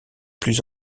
plus